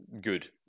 good